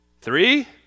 Three